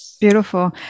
beautiful